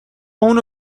اونو